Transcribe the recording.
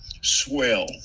swell